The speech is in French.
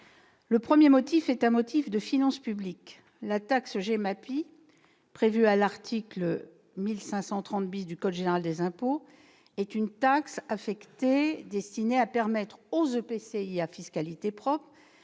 Le premier motif tient aux finances publiques. La taxe GEMAPI, prévue à l'article 1530 du code général des impôts, taxe affectée, est destinée à permettre aux EPCI à fiscalité propre,